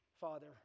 Father